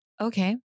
okay